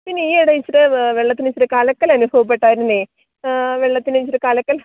പിന്നെ ഈ ഇടയിൽ ഇച്ചിരി വെള്ളത്തിന് ഇച്ചിരി കലക്കൽ അനുഭവപ്പെട്ടായിരുന്നു വെള്ളത്തിന് ഇച്ചിരി കലക്കൽ